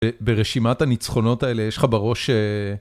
ברשימת הניצחונות האלה, יש לך בראש...